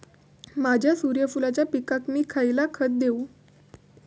माझ्या सूर्यफुलाच्या पिकाक मी खयला खत देवू?